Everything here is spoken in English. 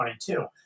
2022